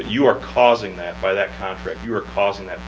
but you are causing that by that construct you're causing that